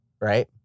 Right